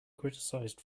criticized